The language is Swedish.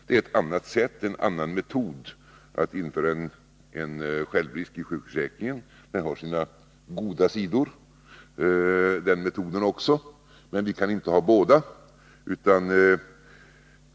Det är en annan metod att införa en självrisk i sjukförsäkringen. Också den metoden har sina goda sidor, men vi kan inte begagna båda metoder.